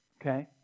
Okay